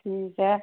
ਠੀਕ ਹੈ